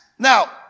Now